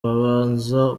babaza